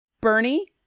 Bernie